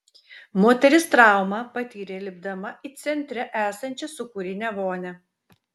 moteris traumą patyrė lipdama į centre esančią sūkurinę vonią